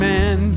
Man